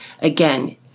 again